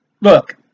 look